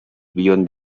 beyond